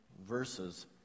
verses